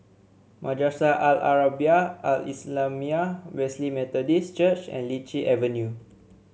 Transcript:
Madrasah Al Arabiah Al Islamiah Wesley Methodist Church and Lichi Avenue